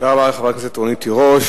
תודה רבה לחברת הכנסת רונית תירוש.